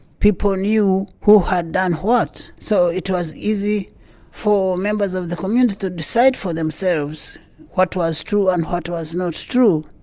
people knew who had done what, so it was easy for members of the community to decide for themselves what was true and what was not true.